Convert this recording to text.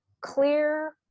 clear